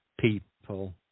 people